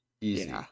easy